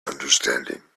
understanding